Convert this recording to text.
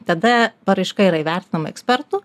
tada paraiška yra įvertinama ekspertų